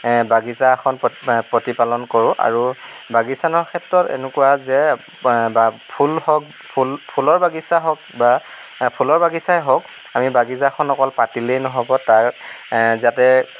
বাগিছা এখন পতি প্ৰতিপালন কৰোঁ আৰু বাগিছাখনৰ ক্ষেত্ৰত এনেকুৱা যে বা ফুল হওঁক ফুল ফুলৰ বাগিছা হওঁক বা ফুলৰ বাগিছাই হওঁক আমি বাগিছাখন অকল পাতিলেই নহ'ব তাৰ যাতে